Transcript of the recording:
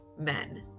men